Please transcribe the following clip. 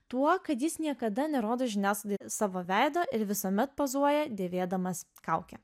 tuo kad jis niekada nerodo žiniasklaidai savo veido ir visuomet pozuoja dėvėdamas kaukę